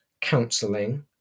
counselling